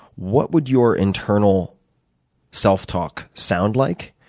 what would your internal self-talk sound like?